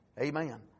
Amen